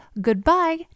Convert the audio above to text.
goodbye